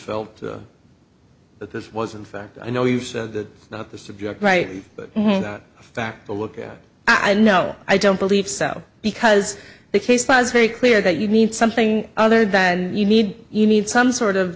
felt but this was in fact i know you said that not the subject right back to look at i know i don't believe so because the case was very clear that you need something other than you need you need some sort of